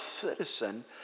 citizen